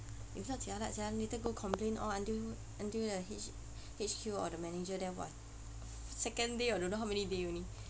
if not jialat sia later go complain all until until the H~ H_Q or the manager there !wah! second day or I don't know how many day only